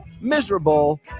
miserable